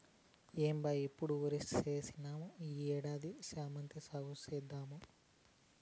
ఏం బా ఎప్పుడు ఒరిచేనేనా ఈ ఏడు శామంతి సాగు చేద్దాము